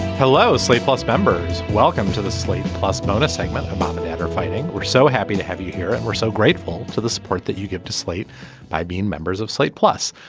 hello slate plus members. welcome to the slate plus bonus segment. mom and dad are fighting we're so happy to have you here and we're so grateful for the support that you give to slate by being members of slate plus